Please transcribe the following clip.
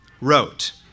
wrote